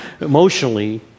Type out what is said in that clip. emotionally